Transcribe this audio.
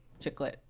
chiclet